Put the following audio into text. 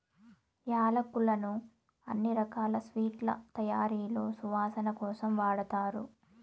యాలక్కులను అన్ని రకాల స్వీట్ల తయారీలో సువాసన కోసం వాడతారు